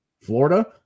Florida